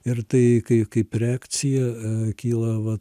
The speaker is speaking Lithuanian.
ir tai kai kaip reakcija kyla va